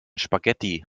spaghetti